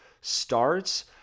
starts